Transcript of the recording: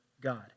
God